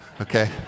okay